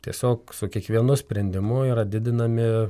tiesiog su kiekvienu sprendimu yra didinami